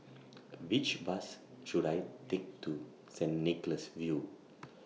Which Bus should I Take to Saint Nicholas View